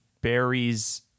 berries